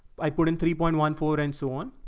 i put in three point one, four and so on,